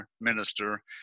minister